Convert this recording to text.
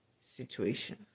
situation